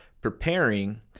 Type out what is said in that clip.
preparing